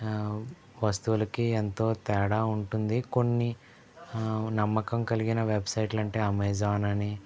వస్తువులకి ఎంతో తేడా ఉంటుందీ కొన్నీ నమ్మకం కలిగిన వెబ్సైట్లు అమెజాన్ అని